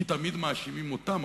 כי תמיד מאשימים אותם.